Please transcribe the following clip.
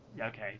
Okay